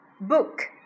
book